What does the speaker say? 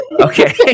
Okay